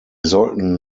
sollten